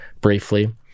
briefly